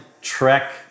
trek